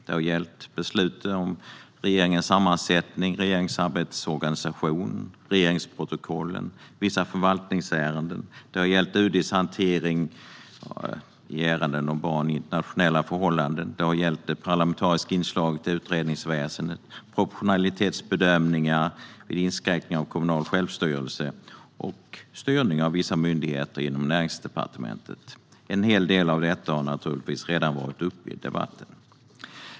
Det har gällt besluten om regeringens sammansättning och regeringsarbetets organisation regeringsprotokollen och vissa förvaltningsärenden UD:s hantering av ärenden om barn i internationella förhållanden det parlamentariska inslaget i utredningsväsendet proportionalitetsbedömningar vid inskränkningar av det kommunala självstyret styrning av vissa myndigheter under Näringsdepartementet. En hel del av detta har naturligtvis redan tagits upp i debatten.